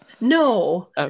no